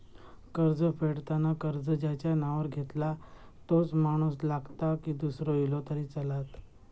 कर्ज फेडताना कर्ज ज्याच्या नावावर घेतला तोच माणूस लागता की दूसरो इलो तरी चलात?